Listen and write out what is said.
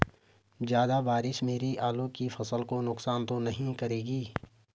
ज़्यादा बारिश मेरी आलू की फसल को नुकसान तो नहीं करेगी?